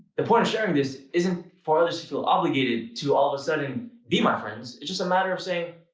the point of sharing this isn't for others to feel obligated to all of a sudden be my friends. it's just a matter of saying,